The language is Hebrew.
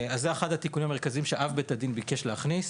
אז זה אחד התיקונים המרכזיים שאב בית הדין ביקש להכניס: